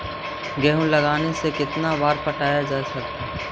गेहूं लगने से कितना बार पटाया जाता है?